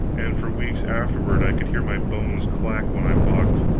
and for weeks afterward i could hear my bones clack when i walked.